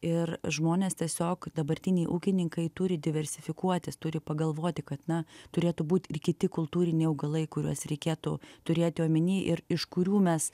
ir žmonės tiesiog dabartiniai ūkininkai turi diversifikuotis turi pagalvoti kad na turėtų būt ir kiti kultūriniai augalai kuriuos reikėtų turėti omeny ir iš kurių mes